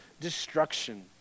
destruction